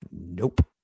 Nope